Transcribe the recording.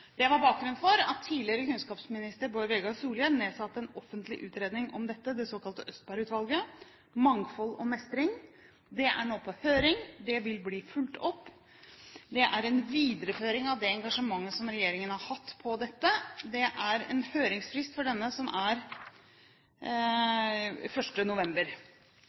Det var bakgrunnen for at tidligere kunnskapsminister Bård Vegar Solhjell nedsatte et utvalg for en offentlig utredning om dette, det såkalte Østberg-utvalget. NOU-en «Mangfold og mestring» er nå på høring og vil bli fulgt opp. Denne utredningen er en videreføring av det engasjementet som regjeringen har hatt på dette. Høringsfristen er